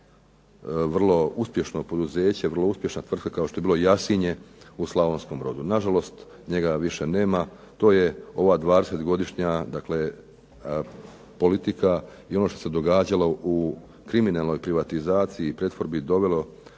vrlo uspješno poduzeće vrlo uspješna tvrtka kao što je bilo Jasinje u Slavonskom brodu na žalost njega više nema to je ova 20-godišnja politika i ono što se događalo u kriminalnoj privatizacija i pretvorbi dovelo